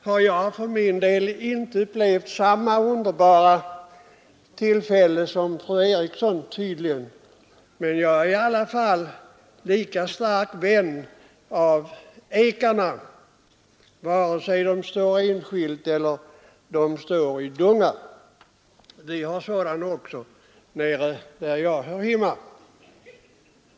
För min del har jag inte haft samma underbara upplevelser som fru Eriksson, men jag är ändå lika stark vän av ekarna, vare sig de står enskilt eller i dungar. Vi har sådana också där nere där jag hör hemma.